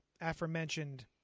aforementioned